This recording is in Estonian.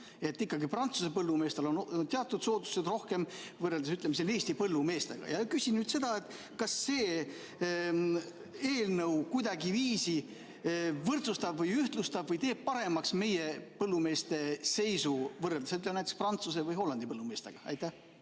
ühtne. Prantsuse põllumeestel on teatud soodustused rohkem võrreldes, ütleme, Eesti põllumeestega. Küsin, kas see eelnõu kuidagiviisi võrdsustab, ühtlustab või teeb paremaks meie põllumeeste seisu võrreldes näiteks Prantsusmaa või Hollandi põllumeestega. Ei,